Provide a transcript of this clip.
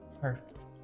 Perfect